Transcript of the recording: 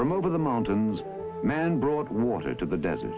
from over the mountains man brought water to the desert